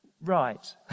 Right